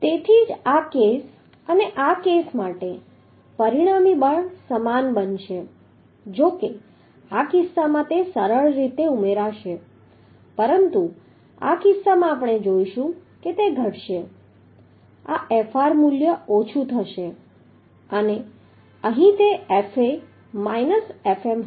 તેથી જ આ કેસ અને આ કેસ માટે પરિણામી બળ સમાન બનશે જો કે આ કિસ્સામાં તે સરળ રીતે ઉમેરાશે પરંતુ આ કિસ્સામાં આપણે જોઈશું કે તે ઘટશે આ Fr મૂલ્ય ઓછું થશે અને અહીં તે Fa માઈનસ Fm હશે